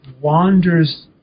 wanders